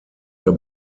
der